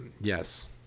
yes